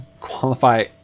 qualify